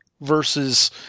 versus